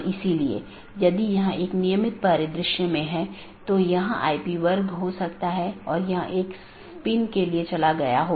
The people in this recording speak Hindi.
इसलिए यह महत्वपूर्ण है और मुश्किल है क्योंकि प्रत्येक AS के पास पथ मूल्यांकन के अपने स्वयं के मानदंड हैं